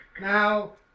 Now